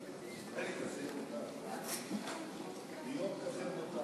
ביום כזה מותר.